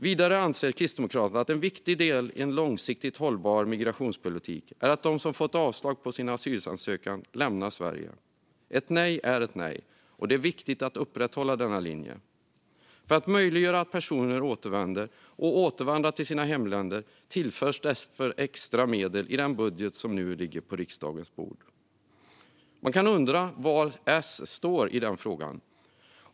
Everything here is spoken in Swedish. Vidare anser Kristdemokraterna att en viktig del i en långsiktigt hållbar migrationspolitik är att de som fått avslag på sin asylansökan lämnar Sverige. Ett nej är ett nej, och det är viktigt att upprätthålla denna linje. För att möjliggöra att personer återvänder och återvandrar till sina hemländer tillförs därför extra medel i den budget som nu ligger på riksdagens bord. Man kan undra var S står i den frågan.